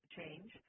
change